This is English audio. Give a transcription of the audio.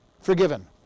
forgiven